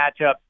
matchup